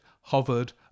hovered